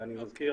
ואני מזכיר,